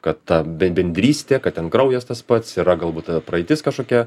kad ta bendrystė kad ten kraujas tas pats yra galbūt praeitis kažkokia